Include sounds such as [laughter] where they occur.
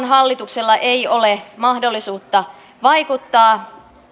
[unintelligible] hallituksella ei ole mahdollisuutta vaikuttaa